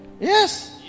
yes